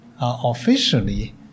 officially